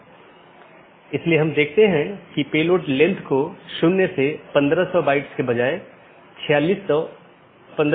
और यदि हम AS प्रकारों को देखते हैं तो BGP मुख्य रूप से ऑटॉनमस सिस्टमों के 3 प्रकारों को परिभाषित करता है